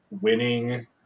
winning